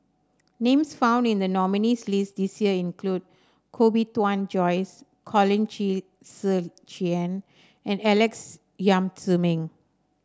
names found in the nominees' list this year include Koh Bee Tuan Joyce Colin Qi Zhe Quan and Alex Yam Ziming